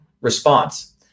response